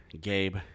Gabe